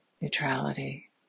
neutrality